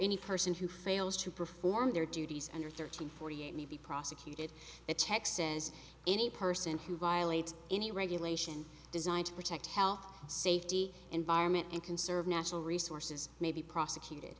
any person who fails to perform their duties under thirty forty eight may be prosecuted that texas any person who violates any regulation designed to protect health safety environment and conserve natural resources may be prosecuted